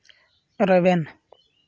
ᱨᱮᱵᱮᱱ